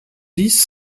dix